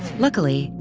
luckily,